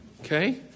Okay